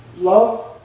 Love